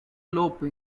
lope